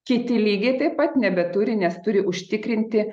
kiti lygiai taip pat nebeturi nes turi užtikrinti